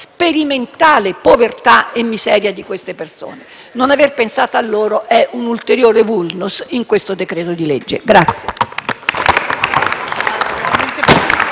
sperimentale povertà e miseria di queste persone. Non aver pensato a loro è un ulteriore *vulnus* del decreto-legge in